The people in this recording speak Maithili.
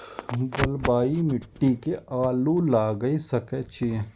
बलवाही मिट्टी में आलू लागय सके छीये?